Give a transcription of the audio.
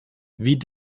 wie